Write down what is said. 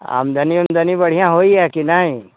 आमदनी वामदनी बढ़िआँ होइए कि नहि